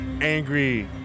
angry